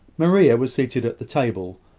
maria was seated at the table,